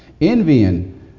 envying